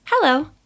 Hello